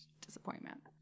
disappointment